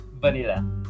Vanilla